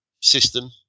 system